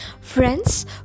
Friends